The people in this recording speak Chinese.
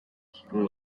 提供